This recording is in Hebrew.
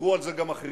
דיברו על זה גם אחרים.